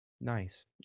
Nice